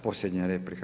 Posljednja replika.